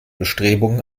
bestrebungen